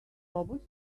robust